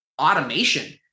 automation